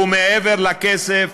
ומעבר לכסף,